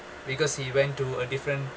because he went to a different